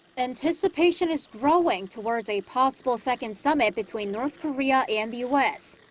anticipation is growing towards a possible second summit between north korea and the u s.